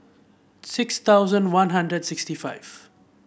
six thousand One Hundred sixty five